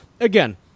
Again